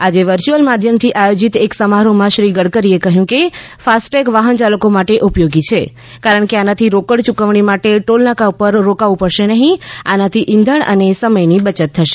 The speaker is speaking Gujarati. આજે વર્ચુઅલ માધ્યમથી આયોજીત એક સમારોહમાં શ્રી ગડકરીએ કહ્યું કે ફાસ્ટટૈગ વાહનચાલકો માટે ઉપયોગી છે કારણ કે આનાથી રોકડ ચૂકવણી માટે ટોલનાકા ઉપર રોકાવું પડશે નહીં આનાથી ઇંધણ અને સમયની બચત થશે